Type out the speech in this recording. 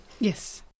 Yes